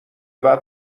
بعد